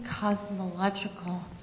cosmological